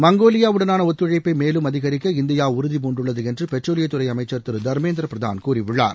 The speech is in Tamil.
மங்கோலியாவுடனான ஒத்துழைப்பை மேலும் அதிகரிக்க இந்தியா உறுதிபூண்டுள்ளது என்று பெட்ரோலியத்துறை அமைச்சர் திரு தர்மேந்திர பிரதான் கூறியுள்ளார்